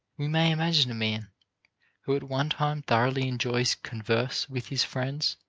we may imagine a man who at one time thoroughly enjoys converse with his friends,